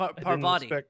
Parvati